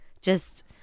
Just-